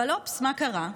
אבל אופס, מה קרה?